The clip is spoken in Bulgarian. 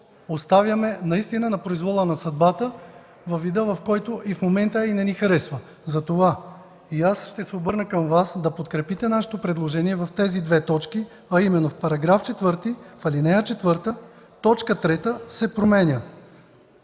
оставяме на произвола на съдбата във вида, в който е в момента и не ни харесва. Затова ще се обърна към Вас – да подкрепите нашето предложение в тези две точки, а именно в § 4, в ал. 4, т. 3 се променя